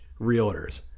realtors